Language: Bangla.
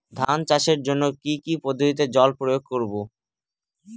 ধান চাষের জন্যে কি কী পদ্ধতিতে জল প্রয়োগ করব?